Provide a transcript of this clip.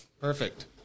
Perfect